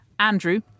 Andrew